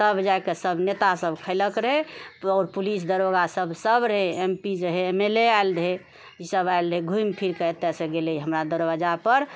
तब जाके सभ नेतासभ खेलक रहय आओर पुलिस दरोगासभ सभ रहय एम पी रहय एम एल ए आयल रहय इसभ आयल रहय घुमि फिरके एतयसँ गेलय हमरा दरवाजा पर